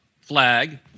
flag